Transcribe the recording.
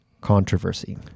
controversy